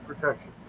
protection